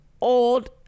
old